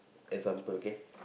example okay